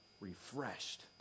Refreshed